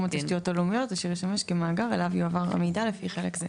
התשתיות הלאומיות אשר ישמש כמאגר אליו יועבר המידע לפי חלק זה".